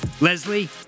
Leslie